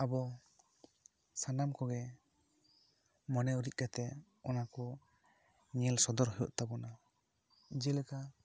ᱟᱵᱚ ᱥᱟᱱᱟᱢ ᱠᱚᱜᱮ ᱢᱚᱱᱮ ᱩᱨᱤᱡ ᱠᱟᱛᱮ ᱚᱱᱟ ᱠᱚ ᱧᱮᱞ ᱥᱚᱫᱚᱨ ᱦᱩᱭᱩᱜ ᱛᱟᱵᱚᱱᱟ ᱡᱮᱞᱮᱠᱟ